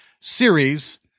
series